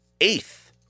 eighth